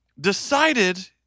decided